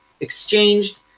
exchanged